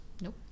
Nope